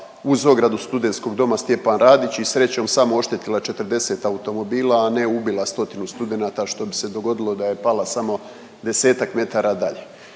uz ogradu SD Stjepan Radić i srećom samo oštetila 40 automobila, a ne ubila stotinu studenata što bi se dogodilo da je pala samo 10-ak metara dalje?